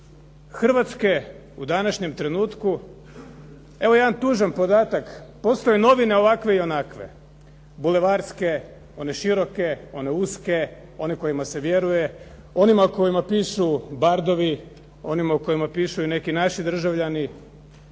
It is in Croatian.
Hrvatske u današnjem trenutku evo jedan tužan podatak. Postoje novine ovakve i onakve, bulevarske, one široke, one uske, one kojima se vjeruje, onima u kojima pišu bardovi, oni u kojima pišu i neki naši državljani,